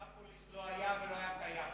אנאפוליס לא היה, ולא היה קיים.